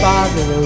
Father